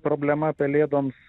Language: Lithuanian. problema pelėdoms